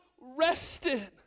rested